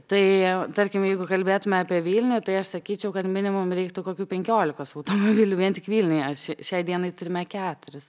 tai tarkim jeigu kalbėtume apie vilnių tai aš sakyčiau kad minimum reiktų kokių penkiolikos automobilių vien tik vilniuje ši šiai dienai turime keturis